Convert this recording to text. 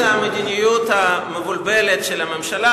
"המדיניות המבולבלת של הממשלה",